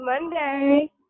Monday